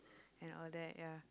and all that ya